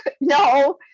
no